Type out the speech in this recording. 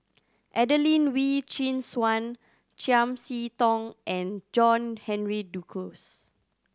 Adelene Wee Chin Suan Chiam See Tong and John Henry Duclos